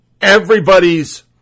everybody's